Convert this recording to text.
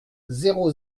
zéro